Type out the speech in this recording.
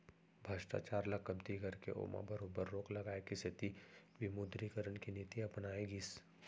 भस्टाचार ल कमती करके ओमा बरोबर रोक लगाए के सेती विमुदरीकरन के नीति अपनाए गिस